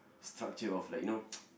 structure of like you know